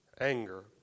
anger